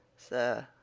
sir,